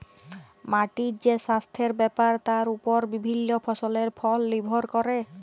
মাটির যে সাস্থের ব্যাপার তার ওপর বিভিল্য ফসলের ফল লির্ভর ক্যরে